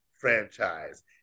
franchise